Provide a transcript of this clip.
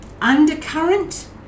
undercurrent